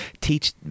teach